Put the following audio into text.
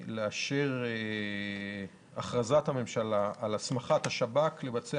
לאשר את הכרזת הממשלה על הסמכת השב"כ לבצע